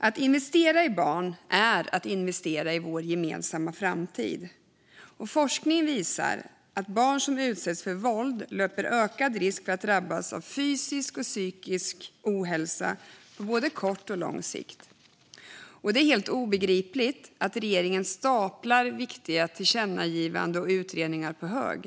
Att investera i barn är att investera i vår gemensamma framtid. Forskning visar att barn som utsätts för våld löper ökad risk för att drabbas av fysisk och psykisk ohälsa på både kort och lång sikt. Det är helt obegripligt att regeringen staplar viktiga tillkännagivanden och utredningar på hög.